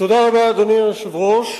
אדוני היושב-ראש,